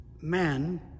man